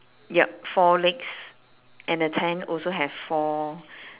yup four legs and the tent also have four